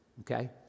okay